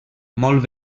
molt